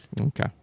Okay